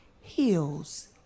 heals